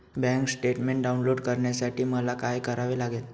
Bank statement download करण्यासाठी मला काय करावे लागेल?